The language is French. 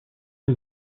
son